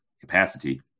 capacity